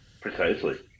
Precisely